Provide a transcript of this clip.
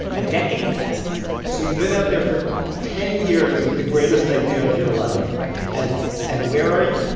a decade passes so you've been out there for ten years with the greatest idea of your life right and and where are you?